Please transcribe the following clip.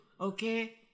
Okay